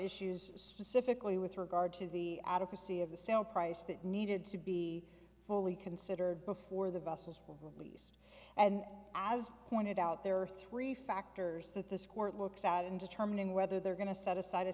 issues specifically with regard to the adequacy of the sale price that needed to be fully considered before the buses were released and as pointed out there are three factors that this court looks at in determining whether they're going to set aside a